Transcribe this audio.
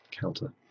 counter